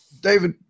David